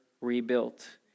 rebuilt